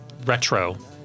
retro